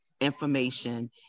information